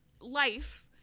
life